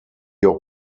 your